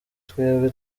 twebwe